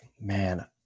man